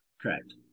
Correct